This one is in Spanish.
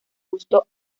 gusto